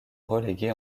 relégué